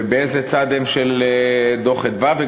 ובאיזה צד של דוח "מרכז אדוה" הם,